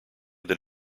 that